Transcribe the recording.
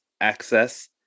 access